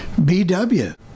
BW